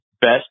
best